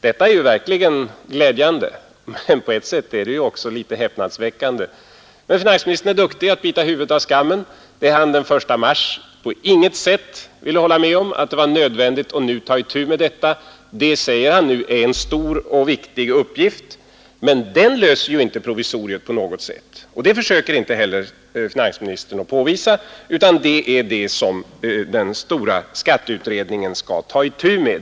Detta är verkligen glädjande, men på ett sätt är det också litet häpnadsväckande. Finansministern är duktig att bita huvudet av skammen. Den 1 mars ville han på intet sätt hålla med om att det nu var nödvändigt att ta itu med detta — nu säger han att det är en stor och viktig uppgift. Men den uppgiften löser ju provisoriet inte på något sätt — och det försöker inte heller finansministern påvisa — utan detta skall den stora skatteutredningen ta itu med.